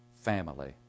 family